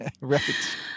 Right